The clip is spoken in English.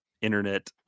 internet